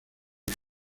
las